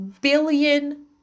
billion